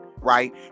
right